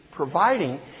providing